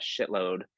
shitload